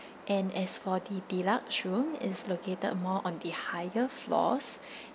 and as for the deluxe room it's located more on the higher floors